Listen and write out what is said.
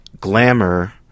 glamour